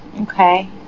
Okay